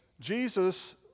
Jesus